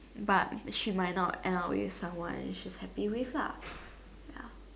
but she might not end up with someone she's happy with lah ya